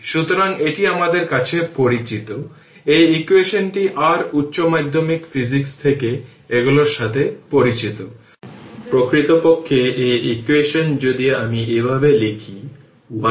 সুতরাং half C হল 20 10 এর পাওয়ার 3 ফ্যারাড এবং V0 স্কোয়ার তাই 15 স্কোয়ার হল 225 ভোল্ট